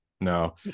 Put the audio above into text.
No